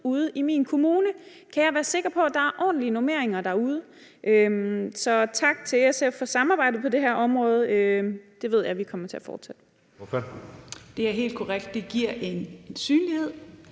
ude i min kommune. Kan jeg være sikker på, at der er ordentlige normeringer derude? Så tak til SF for samarbejdet på det her område. Det ved jeg vi kommer til at fortsætte. Kl. 10:26 Den fg. formand (Jeppe Søe):